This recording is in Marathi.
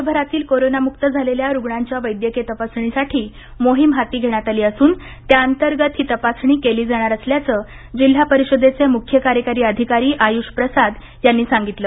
राज्यभरातील कोरोनामुक्त झालेल्या रुग्णांच्या वैद्यकीय तपासणीची मोहीम हाती घेण्यात आली असून त्याअंतर्गत ही तपासणी केली जाणार असल्याचं जिल्हा परिषदेचे मुख्य कार्यकारी अधिकारी आयुष प्रसाद यांनी सांगितलं